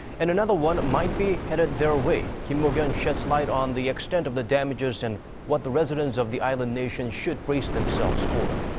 and another one might be headed their way. kim mok-yeon sheds light on the extent of the damages and what the residents of the island nation should brace themselves for.